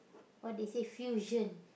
what they say fusion